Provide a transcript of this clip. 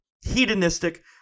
hedonistic